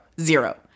zero